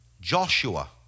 Joshua